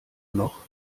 noch